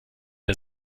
der